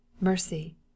mercy